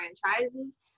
franchises